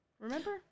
Remember